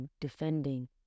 defending